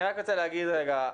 אני רק רוצה להגיב רגע.